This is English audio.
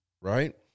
right